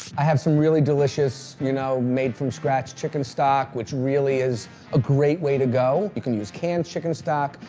i have some really delicious, you know, made-from-scratch chicken stock, which really is a great way to go. you can use canned chicken stock.